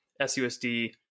SUSD